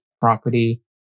property